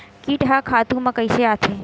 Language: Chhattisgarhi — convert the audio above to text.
कीट ह खातु म कइसे आथे?